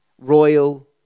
royal